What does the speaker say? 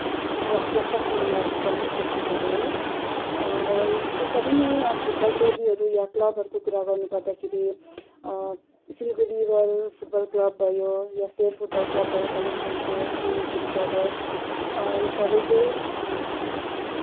प्र प्र पश्चिम बङ्गालको प्रमुख खेलकुदहरू हो र त्यसरी नै फुटबल टोलीहरू या क्लबहरूको कुरा गर्नुपर्दाखेरि सिलगढी रोयल फुटबल क्लब भयो या शेर फुटबल क्लब भयो कालिम्पोङको युनाइटेड ब्रदर्स यो सबै चाहिँ